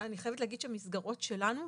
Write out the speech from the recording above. אני חייבת להגיד שהמסגרות שלנו,